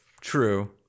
True